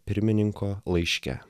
pirmininko laiške